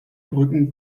brücken